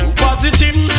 positive